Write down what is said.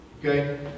Okay